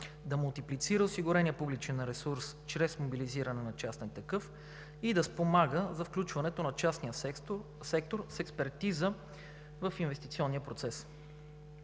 да мултиплицира осигурения публичен ресурс чрез мобилизиране на частен такъв, и да спомага за включването на частния сектор с експертиза в инвестиционния процес.